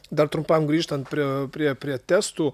dar trumpam grįžtant prie prie prie testų